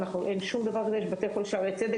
אין שום דבר --- שערי צדק,